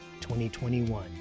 2021